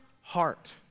heart